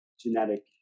genetic